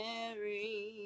Mary